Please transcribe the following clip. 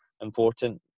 important